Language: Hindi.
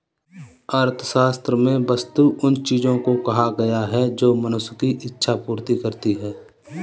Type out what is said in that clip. अर्थशास्त्र में वस्तु उन चीजों को कहा गया है जो मनुष्य की इक्षा पूर्ति करती हैं